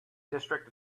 district